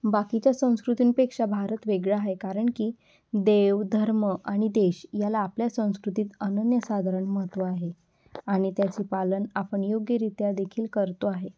बाकीच्या संस्कृतींपेक्षा भारत वेगळा आहे कारण की देव धर्म आणि देश याला आपल्या संस्कृतीत अनन्यसाधारण महत्त्व आहे आणि त्याची पालन आपण योग्यरीत्या देखील करतो आहे